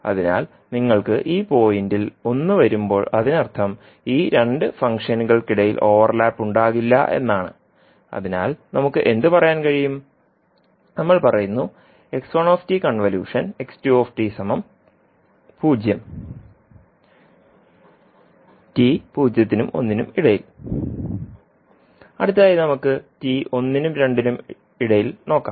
അതിനാൽ നിങ്ങൾക്ക് ഈ പോയിൻറ്ൽ 1 വരുമ്പോൾ അതിനർത്ഥം ഈ രണ്ട് ഫംഗ്ഷനുകൾക്കിടയിൽ ഓവർലാപ്പ് ഉണ്ടാകില്ല എന്നാണ് അതിനാൽ നമുക്ക് എന്ത് പറയാൻ കഴിയും നമ്മൾ പറയുന്നു അടുത്തതായി നമുക്ക് 1 t 2 നോക്കാം